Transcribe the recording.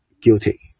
guilty